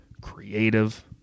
creative